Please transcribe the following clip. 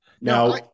Now